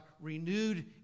renewed